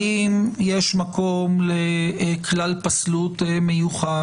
האם יש מקום לכלל פסלות מיוחד?